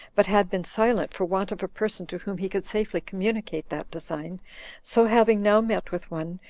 but had been silent for want of a person to whom he could safely communicate that design so having now met with one,